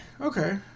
Okay